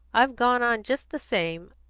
i've gone on just the same,